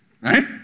right